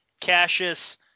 Cassius